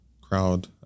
crowd